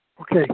Okay